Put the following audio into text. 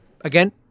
again